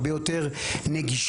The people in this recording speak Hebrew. הרבה יותר נגישה,